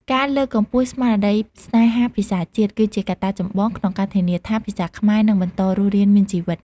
ការលើកកម្ពស់ស្មារតីស្នេហាភាសាជាតិ គឺជាកត្តាចម្បងក្នុងការធានាថាភាសាខ្មែរនឹងបន្តរស់រានមានជីវិត។